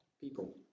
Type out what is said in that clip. people